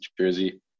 jersey